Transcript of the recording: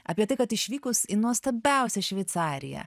apie tai kad išvykus į nuostabiausią šveicariją